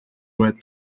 with